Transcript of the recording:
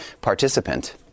participant